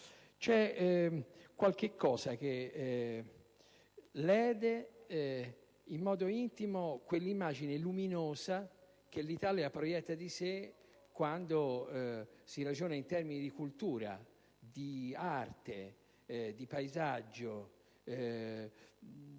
C'è qualche cosa che lede in modo intimo quell'immagine luminosa che l'Italia proietta di sé quando si ragiona in termini di cultura, di arte, di paesaggio,